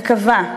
וקבע: